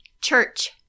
Church